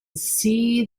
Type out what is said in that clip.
see